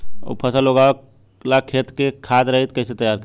फसल उगवे ला खेत के खाद रहित कैसे तैयार करी?